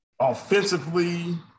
Offensively